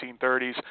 1930s